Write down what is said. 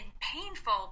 painful